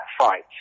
fight